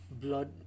blood